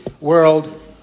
world